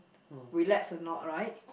relax or not right